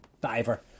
diver